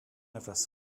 etwas